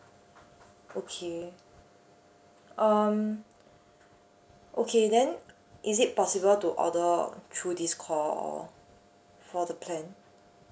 okay um okay then is it possible to order through this call or for the plan